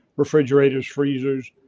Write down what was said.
refrigerators, freezers,